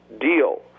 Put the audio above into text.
deal